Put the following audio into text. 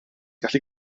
gallu